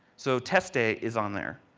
so test date is on there,